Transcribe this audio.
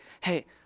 hey